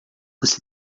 você